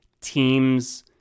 team's